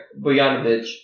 Bojanovic